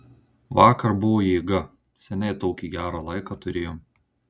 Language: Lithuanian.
vakar buvo jėga seniai tokį gerą laiką turėjom